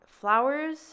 flowers